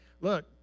look